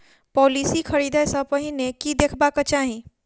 Policy खरीदै सँ पहिने की देखबाक चाहि?